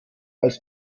als